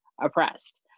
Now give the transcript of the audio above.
oppressed